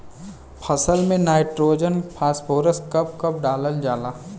फसल में nitrogen phosphorus कब कब डालल जाला?